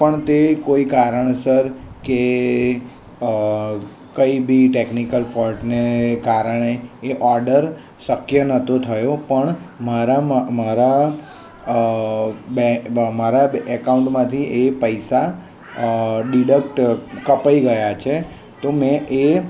પણ તે કોઈ કારણસર કે કંઈ બી ટેક્નિકલ ફોલ્ટને કારણે એ ઓર્ડર શક્ય નહોતો થયો પણ મારા મારા એકાઉન્ટમાંથી એ પૈસા ડિડક્ટ કપાઈ ગયા છે તો મેં એ